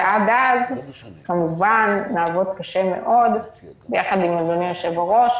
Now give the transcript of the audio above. ועד אז כמובן נעבוד קשה מאוד יחד עם אדוני היושב-ראש